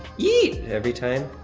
yeet, every time?